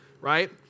right